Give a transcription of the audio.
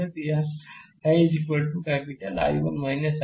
तो यह है कैपिटल I1 I2